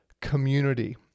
community